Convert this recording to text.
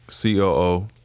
COO